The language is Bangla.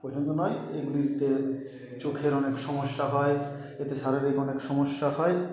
পছন্দ নয় এগুলিতে চোখের অনেক সমস্যা হয় এতে শারীরিক অনেক সমস্যা হয়